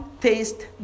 taste